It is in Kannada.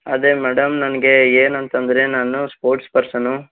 ಅದೇ ಮೇಡಮ್ ನನಗೆ ಏನಂತಂದರೆ ನಾನು ಸ್ಪೋರ್ಟ್ಸ್ಪರ್ಸನು